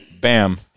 bam